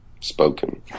spoken